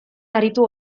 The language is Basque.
aritu